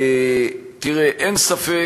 תראה, אין ספק,